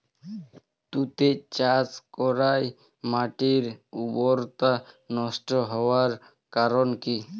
তুতে চাষ করাই মাটির উর্বরতা নষ্ট হওয়ার কারণ কি?